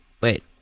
Wait